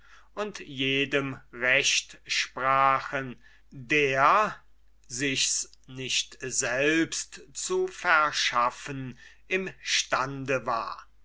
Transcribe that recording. und jedem recht sprachen der sichs nicht selbst zu verschaffen im stande war